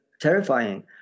terrifying